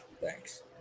Thanks